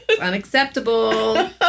Unacceptable